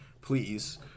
please